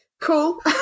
Cool